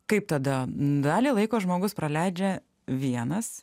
kaip tada dalį laiko žmogus praleidžia vienas